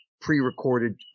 pre-recorded